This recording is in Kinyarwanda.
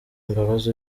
mbabazi